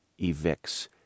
evicts